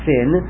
Sin